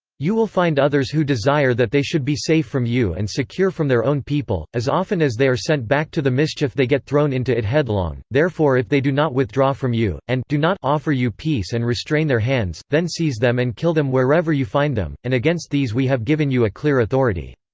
you will find others who desire that they should be safe from you and secure from their own people as often as they are sent back to the mischief they get thrown into it headlong therefore if they do not withdraw from you, and offer you offer you peace and restrain their hands, then seize them and kill them wherever you find them and against these we have given you a clear authority.